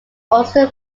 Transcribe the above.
austin